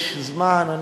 יש זמן.